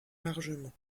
largement